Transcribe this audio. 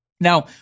Now